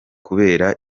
kubera